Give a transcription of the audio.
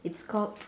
it's called